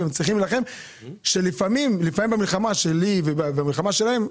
לפעמים במלחמה שלי ובמלחמה שלהם,